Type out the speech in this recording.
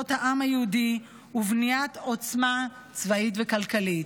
העם היהודי ועל בניית עוצמה צבאית וכלכלית.